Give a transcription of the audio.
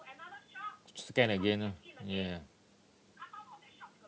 scan again lah ya